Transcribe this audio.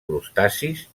crustacis